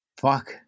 Fuck